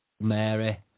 Mary